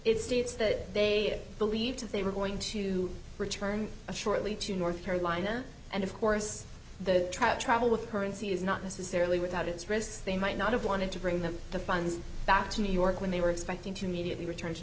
states that they believed that they were going to return shortly to north carolina and of course the try to travel with currency is not necessarily without its risks they might not have wanted to bring them the funds back to new york when they were expecting to media be returned to